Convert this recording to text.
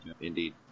Indeed